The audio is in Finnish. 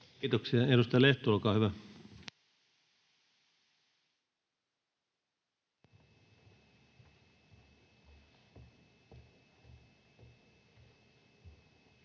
Kiitoksia. — Edustaja Lehto, olkaa hyvä.